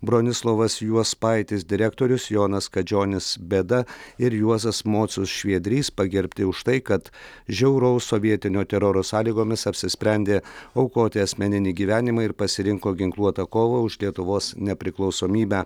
bronislovas juospaitis direktorius jonas kadžionis bėda ir juozas mocius šviedrys pagerbti už tai kad žiauraus sovietinio teroro sąlygomis apsisprendė aukoti asmeninį gyvenimą ir pasirinko ginkluotą kovą už lietuvos nepriklausomybę